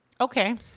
Okay